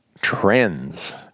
trends